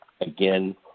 Again